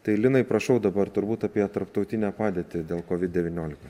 tai linai prašau dabar turbūt apie tarptautinę padėtį dėl covid devyniolika